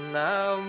now